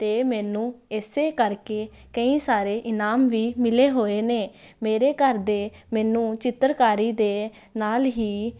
ਅਤੇ ਮੈਨੂੰ ਇਸੇ ਕਰਕੇ ਕਈ ਸਾਰੇ ਇਨਾਮ ਵੀ ਮਿਲੇ ਹੋਏ ਨੇ ਮੇਰੇ ਘਰ ਦੇ ਮੈਨੂੰ ਚਿੱਤਰਕਾਰੀ ਦੇ ਨਾਲ ਹੀ